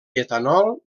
etanol